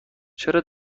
چرا